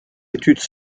études